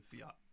Fiat